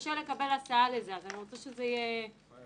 קשה לקבל הסעה לזה אז אני רוצה שזה יהיה מסודר.